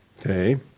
Okay